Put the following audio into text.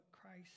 Christ